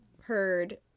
heard